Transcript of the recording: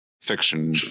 fiction